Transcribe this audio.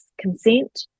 consent